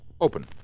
open